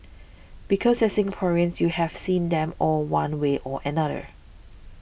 because as Singaporeans you have seen them all one way or another